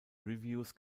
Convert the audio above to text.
reviews